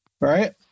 right